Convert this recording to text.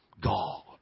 God